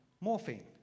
morphine